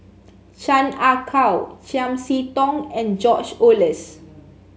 Chan Ah Kow Chiam See Tong and George Oehlers